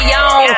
on